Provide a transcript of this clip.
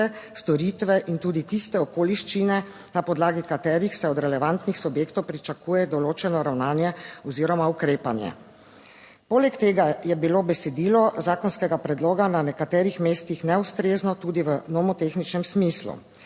storitve in tudi tiste okoliščine, na podlagi katerih se od relevantnih subjektov pričakuje določeno ravnanje oziroma ukrepanje. Poleg tega je bilo besedilo zakonskega predloga na nekaterih mestih neustrezno tudi v nomotehničnem smislu.